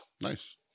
nice